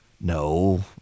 No